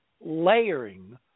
layering